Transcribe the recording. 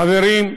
חברים,